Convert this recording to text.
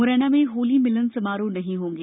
मुरैना में होली मिलन समारोह नहीं होंगे